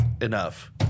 enough